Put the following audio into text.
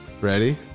Ready